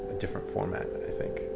different format, i think.